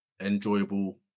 enjoyable